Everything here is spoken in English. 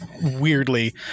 weirdly